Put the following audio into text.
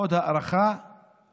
נעבור להצעה לסדר-היום